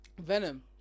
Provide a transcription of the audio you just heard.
Venom